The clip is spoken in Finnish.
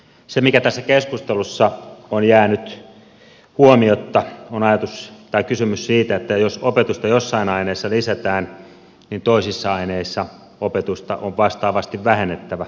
se mikä tässä keskustelussa on jäänyt huomiotta on kysymys siitä että jos opetusta jossain aineessa lisätään niin toisissa aineissa opetusta on vastaavasti vähennettävä